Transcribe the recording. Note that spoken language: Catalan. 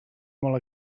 molt